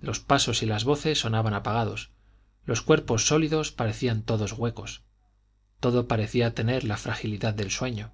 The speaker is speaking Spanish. los pasos y las voces sonaban apagados los cuerpos sólidos parecían todos huecos todo parecía tener la fragilidad del sueño